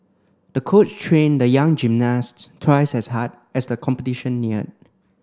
the coach trained the young gymnast twice as hard as the competition neared